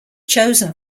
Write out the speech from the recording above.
chosen